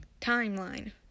timeline